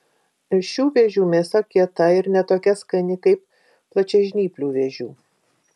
šių vėžių mėsa kieta ir ne tokia skani kaip plačiažnyplių vėžių